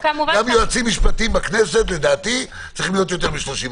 גם יועצים משפטיים בכנסת לדעתי צריכים להיות יותר מ-30%,